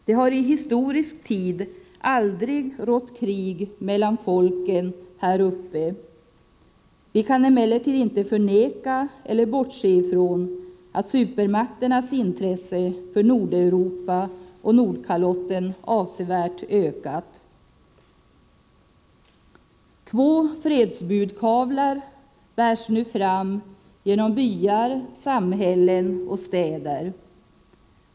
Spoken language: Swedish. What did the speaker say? Det har i historisk tid aldrig rått krig mellan folken här uppe. Vi kan emellertid inte förneka eller bortse ifrån att supermakternas intresse för Nordeuropa och Nordkalotten avsevärt ökat. Två fredsbudkavlar bärs nu fram genom byar, samhällen och städer.